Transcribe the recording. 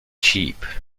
cheap